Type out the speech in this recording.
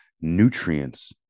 nutrients